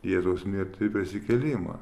jėzaus mirtį prisikėlimą